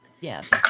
Yes